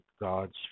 God's